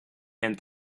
and